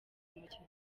mukino